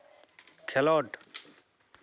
ᱠᱷᱮᱞᱳᱰ